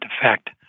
effect